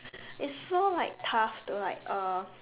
it's so like tough to like uh